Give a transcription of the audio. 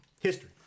history